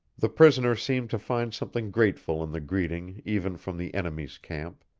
the prisoner seemed to find something grateful in the greeting even from the enemy's camp.